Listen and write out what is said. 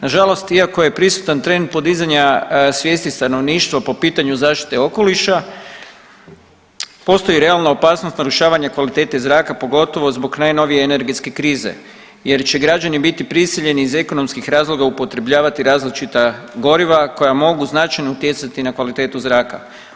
Nažalost iako je prisutan trend podizanja svijesti stanovništva po pitanju zaštite okoliša postoji realna opasnost narušavanja kvalitete zraka pogotovo zbog najnovije energetske krize jer će građani biti prisiljeni iz ekonomskih razloga upotrebljavati različita goriva koja mogu značajno utjecati na kvalitetu zraka.